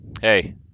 Hey